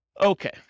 Okay